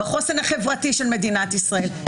בחוסן החברתי של מדינת ישראל.